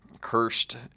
cursed